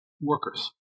workers